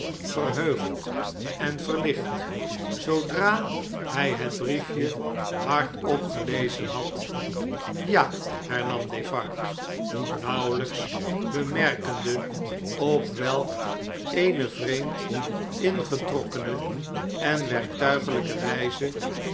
verheugd en verlicht zoodra hn het briefje hardop gelezen had ja hernam defarge nauwelijks bemerkende op welk eene vreemd ingetrokkene en werktuiglijke wijze